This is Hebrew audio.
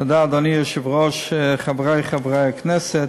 אדוני היושב-ראש, תודה, חברי חברי הכנסת,